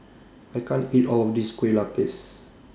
I can't eat All of This Kueh Lupis